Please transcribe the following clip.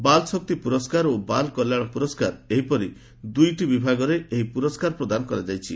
ବାଲ୍ ଶକ୍ତି ପୁରସ୍କାର ଓ ବାଲ୍ କଲ୍ୟାଣ ପୁରସ୍କାର ଏହିପରି ଦୁଇଟି ବିଭାଗରେ ଏହି ପୁରସ୍କାର ପ୍ରଦାନ କରାଯାଇଛି